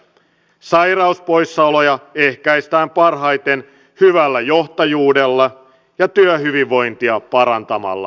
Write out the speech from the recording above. sairauspoissaoloja ehkäistään parhaiten hyvällä johtajuudella ja työhyvinvointia parantamalla